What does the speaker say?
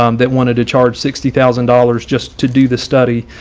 um that wanted to charge sixty thousand dollars just to do the study.